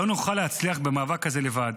לא נוכל להצליח במאבק הזה לבד.